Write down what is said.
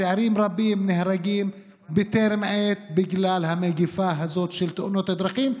צעירים רבים נהרגים בטרם עת בגלל המגפה הזאת של תאונות דרכים,